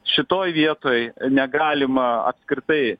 šitoj vietoj negalima apskritai